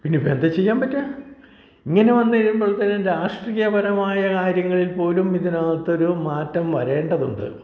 പിന്നെ ഇപ്പം എന്താണ് ചെയ്യാൻ പറ്റുക ഇങ്ങനെ വന്ന് കഴിയുമ്പോത്തേന് രാഷ്ട്രീയപരമായ കാര്യങ്ങളിൽ പോലും ഇതിനകത്തൊരു മാറ്റം വരേണ്ടതുണ്ട്